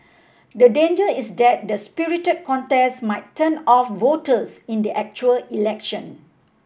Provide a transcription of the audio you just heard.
the danger is that the spirited contest might turn off voters in the actual election